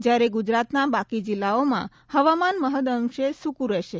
જયારે ગુજરાતના બાકી જિલ્લાઓમાં હવામના મહદઅંશે સુકું રહેશે